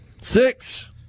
Six